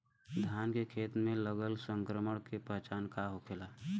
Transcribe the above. धान के खेत मे लगल संक्रमण के पहचान का होखेला?